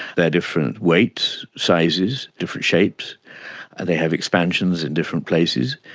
they are different weights, sizes, different shapes, and they have expansions in different places.